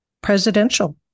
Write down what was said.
presidential